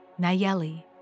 Nayeli